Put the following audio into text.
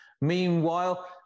Meanwhile